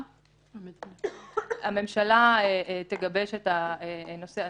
הממשלה תגבש את הנושא.